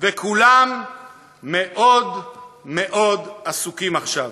וכולם מאוד מאוד עסוקים עכשיו.